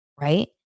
right